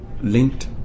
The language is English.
linked